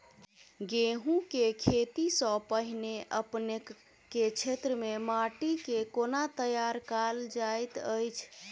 गेंहूँ केँ खेती सँ पहिने अपनेक केँ क्षेत्र मे माटि केँ कोना तैयार काल जाइत अछि?